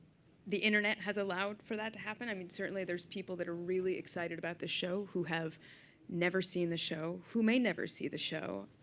the internet has allowed for that to happen. i mean, certainly there's people that are really excited about the show who have never seen the show, who may never see the show,